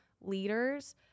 leaders